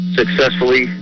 successfully